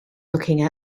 looking